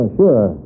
sure